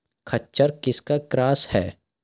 खच्चर किसका क्रास है?